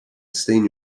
stain